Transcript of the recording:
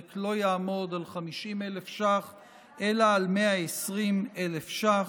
לא יעמוד על 50,000 שקל אלא על 120,00 שקל.